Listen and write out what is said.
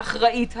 האחראית,